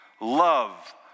love